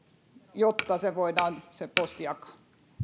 jotta voidaan se posti jakaa